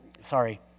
Sorry